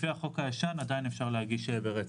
לפי החוק הישן עדיין אפשר להגיש ברצף.